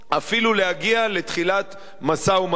אפילו להגיע לתחילת משא-ומתן.